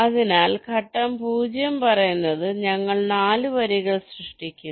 അതിനാൽ ഘട്ടം 0 പറയുന്നത് ഞങ്ങൾ 4 വരികൾ സൃഷ്ടിക്കുന്നു